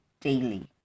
daily